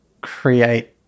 create